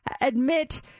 Admit